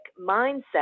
mindset